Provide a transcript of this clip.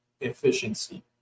efficiency